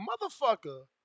motherfucker